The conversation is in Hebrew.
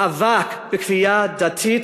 מאבק בכפייה דתית,